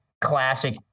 classic